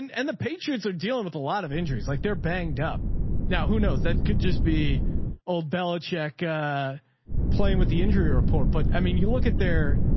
and and the patriots are dealing with a lot of injuries. like they're banged up now, who knows? that could just be old bella check playing with the injury or a poor. but i mean, you look at there,